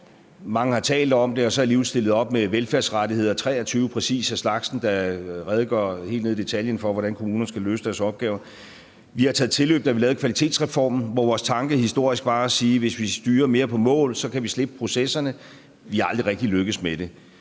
Mange har talt om det, og har så alligevel stillet op med velfærdsrettigheder – præcis 23 af slagsen – der redegør helt ned i detaljen for, hvordan kommunerne skal løse deres opgaver. Vi tog tilløb, da vi lavede kvalitetsreformen, hvor vores tanke historisk set var at sige, at hvis vi styrer mere på målene, kan vi slippe processerne. Vi er aldrig rigtig lykkedes med det.